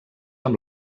amb